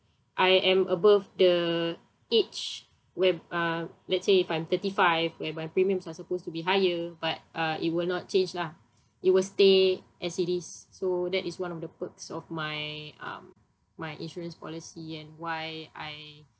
I am above the age whereb~ uh let's say if I'm thirty five whereby premiums are supposed to be higher but uh it will not change lah it will stay as it is so that is one of the perks of my um my insurance policy and why I